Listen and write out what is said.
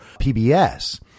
PBS